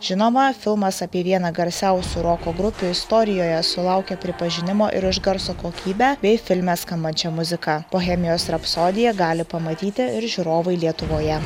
žinoma filmas apie vieną garsiausių roko grupių istorijoje sulaukė pripažinimo ir už garso kokybę bei filme skambančią muziką bohemijos rapsodiją gali pamatyti ir žiūrovai lietuvoje